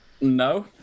No